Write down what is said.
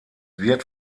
wird